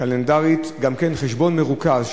קלנדרית גם חשבון מרוכז,